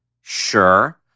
Sure